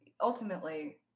ultimately